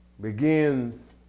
begins